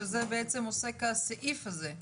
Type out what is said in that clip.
שזה בעצם עוסק הסעיף הזה.